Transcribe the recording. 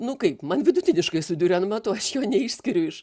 nu kaip man vidutiniškai su diurenmatu aš jo neišskiriu iš